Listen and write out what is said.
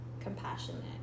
compassionate